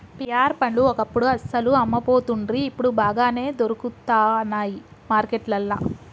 pear పండ్లు ఒకప్పుడు అస్సలు అమ్మపోతుండ్రి ఇప్పుడు బాగానే దొరుకుతానయ్ మార్కెట్లల్లా